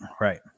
Right